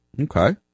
Okay